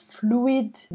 fluid